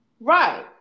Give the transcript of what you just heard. Right